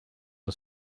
are